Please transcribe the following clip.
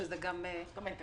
שזה גם בעוכרנו,